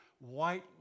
white